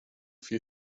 viel